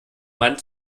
mann